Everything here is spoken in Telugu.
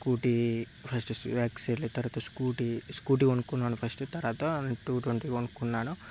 స్కూటీ ఫస్ట్ ఎక్సెల్ తర్వాత స్కూటీ స్కూటీ కొనుక్కున్నాను ఫస్ట్ తర్వాత టూ ట్వంటీ కొనుక్కున్నాను